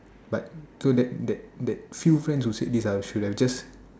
but through that that that few friends who said this I should have just